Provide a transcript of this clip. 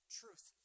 truth